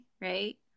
right